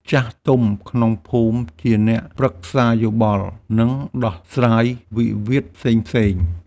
ចាស់ទុំក្នុងភូមិជាអ្នកប្រឹក្សាយោបល់ និងដោះស្រាយវិវាទផ្សេងៗ។